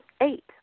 Eight